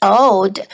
old